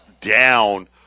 down